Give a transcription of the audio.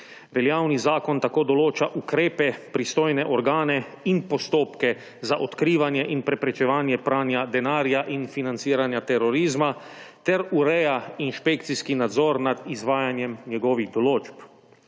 Veljavni zakon tako določa ukrepe, pristojne organe in postopke za odkrivanje in preprečevanja pranja denarja in financiranja terorizma ter ureja inšpekcijski nadzor nad izvajanjem njegovih določb.